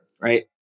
right